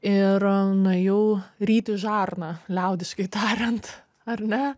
ir nuėjau ryti žarną liaudiškai tariant ar ne